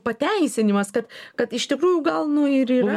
pateisinimas kad kad iš tikrųjų gal nu ir yra